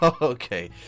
Okay